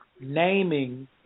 naming